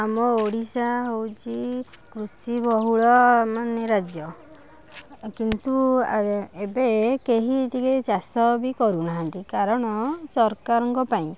ଆମ ଓଡ଼ିଶା ହଉଛି କୃଷି ବହୁଳ ମାନେ ରାଜ୍ୟ କିନ୍ତୁ ଏବେ କେହି ଟିକେ ଚାଷ ବି କରୁନାହାଁନ୍ତି କାରଣ ସରକାରଙ୍କ ପାଇଁ